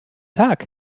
tag